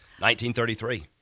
1933